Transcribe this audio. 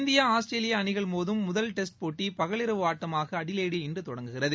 India Australia அணிகள் மோதும் முதல் டெஸ்ட் போட்டி பகல் இரவு ஆட்டமாக அடிலெய்டில் இன்று தொடங்குகிறது